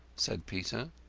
said peter.